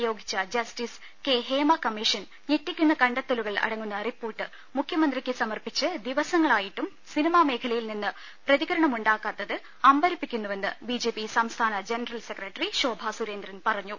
നിയോഗിച്ച justice K Hema commission ഞെട്ടിക്കുന്ന കണ്ടെ ത്തലുകൾ അടങ്ങുന്ന റിപ്പോർട്ട് മുഖ്യമന്ത്രിക്ക് സമർപ്പിച്ച് ദിവസ ങ്ങളായിട്ടും സിനിമാ മേഖ്ലയിൽ നിന്ന് പ്രതികരണമുണ്ടാകാത്തത് അമ്പരപ്പിക്കുന്നു പ്രെന്ന് ബിജെപി സംസ്ഥാന ജനറൽസെക്രട്ടറി ശോഭാ സുരേന്ദ്രൻ പറഞ്ഞു